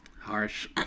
Harsh